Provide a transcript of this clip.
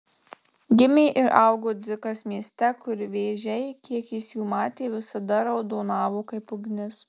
gimė ir augo dzikas mieste kur vėžiai kiek jis jų matė visada raudonavo kaip ugnis